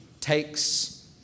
takes